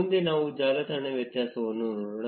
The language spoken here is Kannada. ಮುಂದೆ ನಾವು ಜಾಲತಾಣ ವ್ಯಾಸವನ್ನು ನೋಡೋಣ